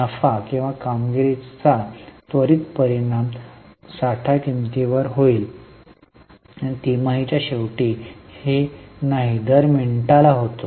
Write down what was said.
नफा किंवा कामगिरीचा त्वरित परिणाम साठा किमतींवर होईल तिमाही च्या शेवटी ही नाही दर मिनिटाला होतो